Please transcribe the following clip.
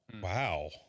Wow